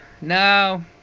No